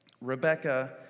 rebecca